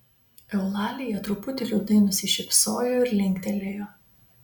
eulalija truputį liūdnai nusišypsojo ir linktelėjo